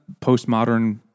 postmodern